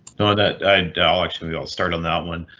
know that i and will actually will start on that one.